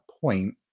point